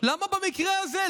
במקרה הזה?